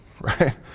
right